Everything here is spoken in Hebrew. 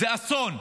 זה אסון.